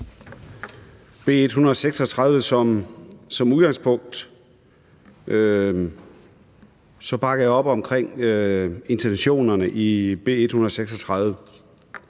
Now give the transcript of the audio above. det. Som udgangspunkt bakker vi op om intentionerne i B 136.